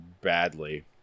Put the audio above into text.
badly